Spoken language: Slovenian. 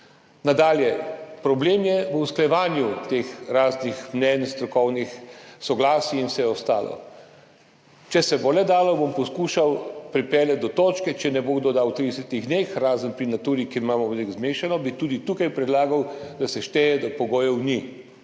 Nadalje. Problem je v usklajevanju teh raznih strokovnih mnenj, soglasij in vsega ostalega. Če se bo le dalo, bom poskušal pripeljati do točke, če ne bo kdo dal v 30 dneh, razen pri Naturi, kjer imamo veliko zmešano, bi tudi tukaj predlagal, da se šteje, da pogojev ni.